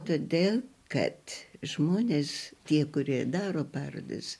todėl kad žmonės tie kurie daro parodas